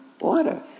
water